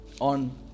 on